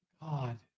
God